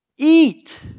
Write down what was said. eat